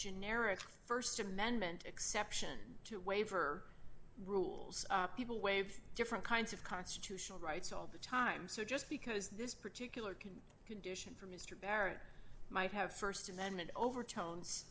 generic st amendment exception to waiver rules people waive different kinds of constitutional rights all the time so just because this particular can condition for mr barrett might have st amendment overtones